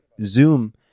Zoom